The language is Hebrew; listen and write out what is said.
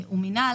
מינהל.